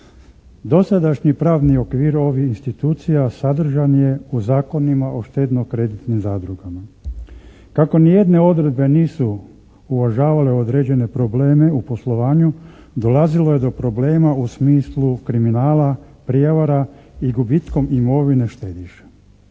Dosadašnji pravni okvir ovih institucija sadržan je u Zakonima o štedno-kreditnim zadrugama. Kako nijedne odredbe nisu uvažavale određene probleme u poslovanju dolazilo je do problema u smislu kriminala, prevara i gubitkom imovine štediša.